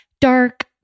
dark